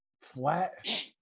flat